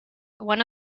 one